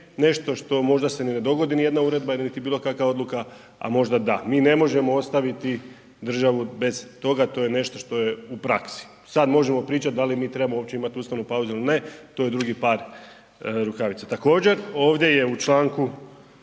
nešto što se možda ne dogodi nijedna uredba niti bilo kakva odluka, a možda da. Mi ne možemo ostaviti državu bez toga, to je nešto što je u praksi. Sada mi možemo pričati da li mi trebamo imati uopće ustavnu pauzu ili ne, to je drugi par rukavica. Također je ovdje u članku